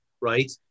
right